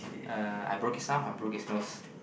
uh I broke his arm I broke his nose